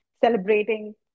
celebrating